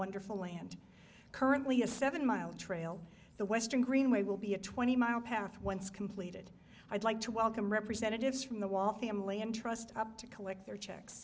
wonderful land currently a seven mile trail the western greenway will be a twenty mile path once completed i'd like to welcome representatives from the wall family and trussed up to collect their checks